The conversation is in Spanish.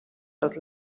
los